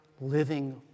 living